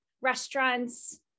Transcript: restaurants